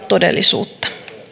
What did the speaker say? todellisuutta